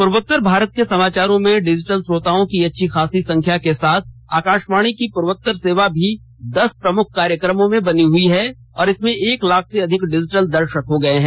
प्र्वोत्तर भारत के समाचारों में डिजिटल श्रोताओं की अच्छी खासी संख्या के साथ आकाशवाणी की पूर्वोत्तर सेवा भी दस प्रमुख कार्यक्रमों में बनी हुई है और इसमें एक लाख से अधिक डिजिटल दर्शक हो गये हैं